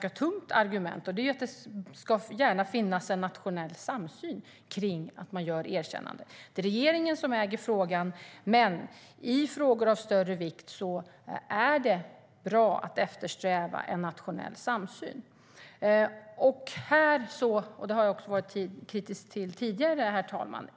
ett tungt argument om att det gärna ska finnas en nationell samsyn för ett erkännande. Regeringen äger frågan, men i frågor av större vikt är det bra att eftersträva en nationell samsyn. I detta har regeringen brustit, och det har jag också varit kritisk till tidigare, herr talman.